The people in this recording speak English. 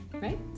right